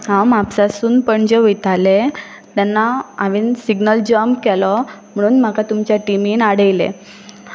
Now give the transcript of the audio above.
हांव म्हापसासून पणजे वयताले तेन्ना हांवेन सिग्नल जम्प केलो म्हणून म्हाका तुमच्या टिमीन आडयले